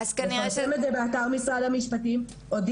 הוא מפרסם את זה גם באתר משרד המשפטים,